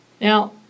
Now